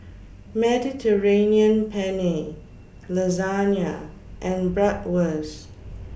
Mediterranean Penne Lasagna and Bratwurst